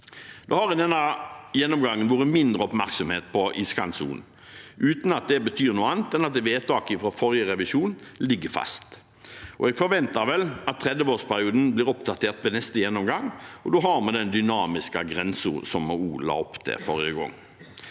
Det har i denne gjennomgangen vært mindre oppmerksomhet på iskantsonen, uten at det betyr noe annet enn at vedtaket fra forrige revisjon ligger fast. Jeg forventer vel at 30-årsperioden blir oppdatert ved neste gjennomgang, og da har vi den dynamiske grensen som vi også la opp til forrige gang.